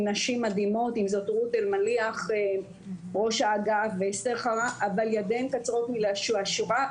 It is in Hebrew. נשים מדהימות רות אלמליח ראש האגף ואסתר אבל ידיהן קצרו מלהושיע.